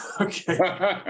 Okay